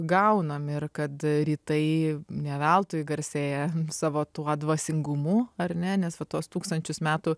gaunam ir kad rytai ne veltui garsėja savo tuo dvasingumu ar ne nes va tuos tūkstančius metų